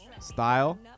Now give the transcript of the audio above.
style